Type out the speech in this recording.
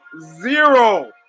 zero